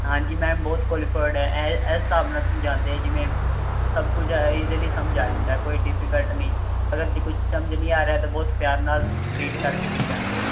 ਹਾਂਜੀ ਮੈਮ ਬਹੁਤ ਕੁਝ ਕੁਆਲੀਫਰਡ ਹੈ ਇਸ ਹਿਸਾਬ ਨਾਲ ਸਮਝਾਉਂਦੇ ਹੈ ਜਿਵੇਂ ਸਭ ਕੁਝ ਹੈ ਇਜਲੀ ਸਮਝ ਆ ਜਾਂਦਾ ਕੋਈ ਡਿਫੀਕਲਟ ਨਹੀਂ ਅਗਰ ਜੇ ਕੋਈ ਸਮਝ ਨਹੀਂ ਆ ਰਿਹਾ ਤਾਂ ਬਹੁਤ ਪਿਆਰ ਨਾਲ ਟਰੀਟ ਕਰਕੇ ਸਮਝਾਉਂਦੇ ਹੈ